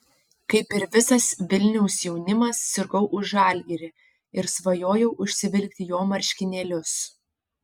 kaip ir visas vilniaus jaunimas sirgau už žalgirį ir svajojau užsivilkti jo marškinėlius